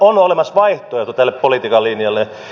on olemassa vaihtoehto tälle politiikan linjalle